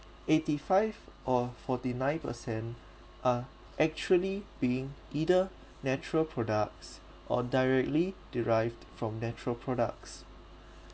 eighty five or forty nine percent are actually being either natural products or directly derived from natural products